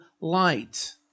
light